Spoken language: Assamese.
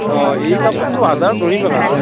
অঁ এই কাপোৰটো হাজাৰত ন'ৰিম একা